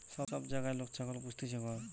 সব জাগায় লোক ছাগল পুস্তিছে ঘর